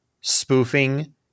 spoofing